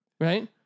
Right